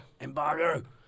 embargo